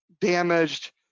damaged